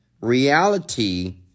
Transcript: reality